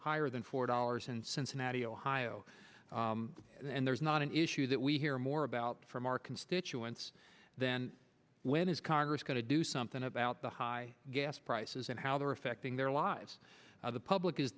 higher than four dollars in cincinnati ohio and there's not an issue that we hear more about from our can stitch once then when is congress going to do something about the high gas prices and how they are affecting their lives the public is